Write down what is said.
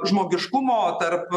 žmogiškumo tarp